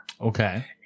Okay